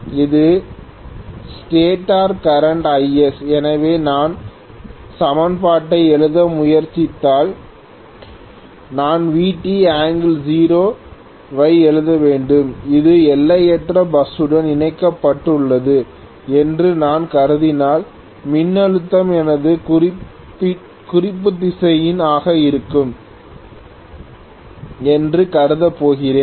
இது stator current Is எனவே நான் சமன்பாட்டை எழுத முயற்சித்தால் நான் Vt0 ஐ எழுத வேண்டும் இது எல்லையற்ற பஸ் ஸுடன் இணைக்கப்பட்டுள்ளது என்று நான் கருதினால் மின்னழுத்தம் எனது குறிப்பு திசையன் ஆக இருக்கும் என்று கருதப் போகிறேன்